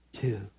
two